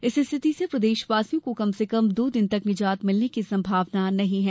इस स्थिति से प्रदेशवासियों को कम से कम दो दिन तक निजात मिलने की संभावना नहीं है